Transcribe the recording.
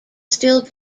still